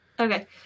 Okay